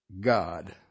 God